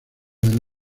del